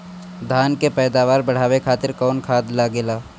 धान के पैदावार बढ़ावे खातिर कौन खाद लागेला?